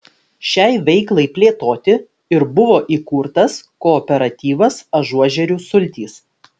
šiai veiklai plėtoti ir buvo įkurtas kooperatyvas ažuožerių sultys